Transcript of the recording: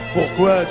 Pourquoi